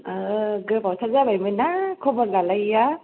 औ गोबावथार जाबायमोन ना खबर लालायिया